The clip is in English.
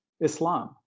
Islam